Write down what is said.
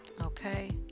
okay